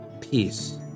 peace